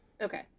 Okay